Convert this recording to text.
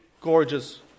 gorgeous